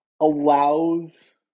allows